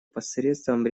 посредством